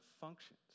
functions